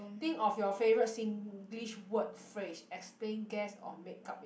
think of your favourite singlish word phrase explain guess or make up with